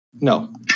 No